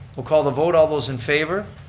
we'll call the vote, all those in favor?